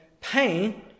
pain